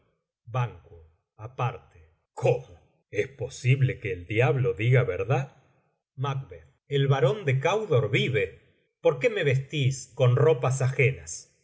barón ban aparte cómo es posible que el diablo diga verdad macb el barón de candor vive por qué me vestís con ropas ajenas